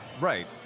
right